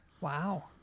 Wow